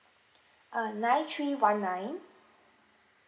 uh nine three one nine